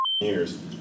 years